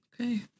Okay